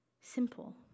simple